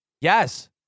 Yes